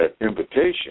invitation